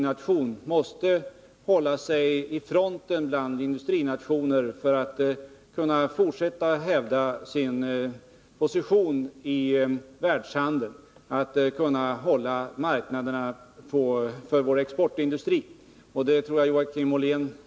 Det ändrar emellertid inte min grundläggande inställning, nämligen att ny teknik kommer att vara förutsättningen för vårt välstånd även i framtiden.